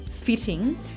fitting